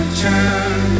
turn